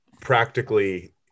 practically